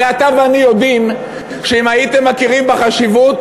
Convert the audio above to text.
הרי אתה ואני יודעים שאם הייתם מכירים בחשיבות,